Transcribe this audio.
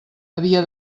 havia